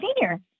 senior